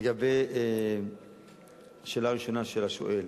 לגבי השאלה הראשונה של השואל.